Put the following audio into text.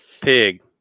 Pig